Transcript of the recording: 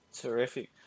Terrific